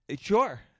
sure